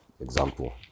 example